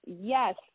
Yes